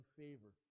favor